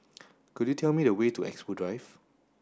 could you tell me the way to Expo Drive